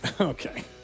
Okay